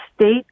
state